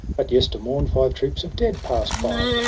but yestermorn, five troops of dead pass'd by,